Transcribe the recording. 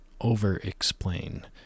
over-explain